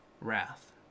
wrath